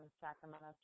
Sacramento